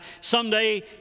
someday